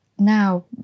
now